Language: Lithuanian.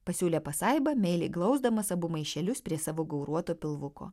pasiūlė pasaiba meiliai glausdamas abu maišelius prie savo gauruoto pilvuko